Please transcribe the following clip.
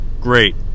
great